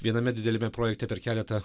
viename dideliame projekte per keletą